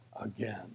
again